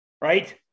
Right